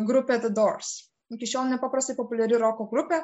grupė ve dors iki šiol nepaprastai populiari roko grupė